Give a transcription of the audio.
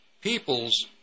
Peoples